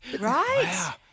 Right